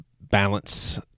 balance